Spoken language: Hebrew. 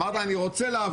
אמרת "אני רוצה לעבור".